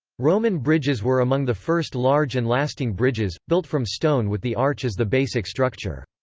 roman bridges were among the first large and lasting bridges, built from stone with the arch as the basic structure.